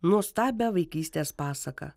nuostabią vaikystės pasaką